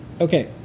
Okay